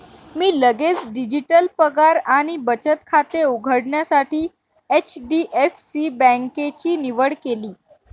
मी लगेच डिजिटल पगार आणि बचत खाते उघडण्यासाठी एच.डी.एफ.सी बँकेची निवड केली